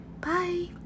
Bye